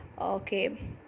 Okay